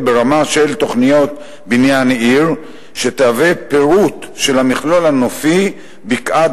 ברמה של תוכנית בניין עיר שתהווה פירוט של המכלול הנופי 'בקעת